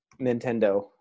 Nintendo